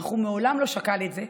אך הוא מעולם לא שקל את זה,